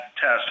test